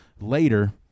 later